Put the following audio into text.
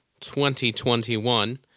2021